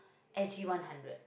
S_G one hundred